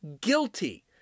guilty